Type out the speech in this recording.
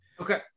okay